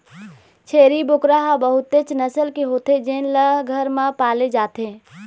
छेरी बोकरा ह बहुतेच नसल के होथे जेन ल घर म पाले जाथे